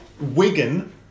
Wigan